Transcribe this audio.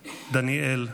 דניאל,